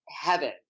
heaven